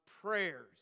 prayers